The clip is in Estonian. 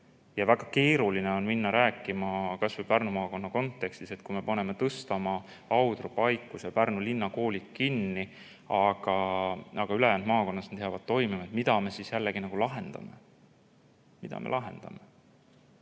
Väga keeruline on minna rääkima kas või Pärnu maakonna kontekstis, et kui me paneme Tõstamaa, Audru, Paikuse ja Pärnu linna koolid kinni, aga ülejäänud maakondades need jäävad toimima, siis mida me nagu lahendame.